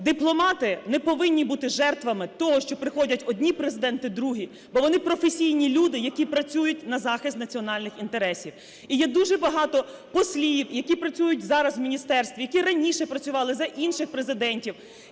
Дипломати не повинні бути жертвами того, що приходять одні президенти, другі, бо вони професійні люди, які працюють на захист національних інтересів. І є дуже багато послів, які працюють зараз в міністерстві, які раніше працювали за інших президентів,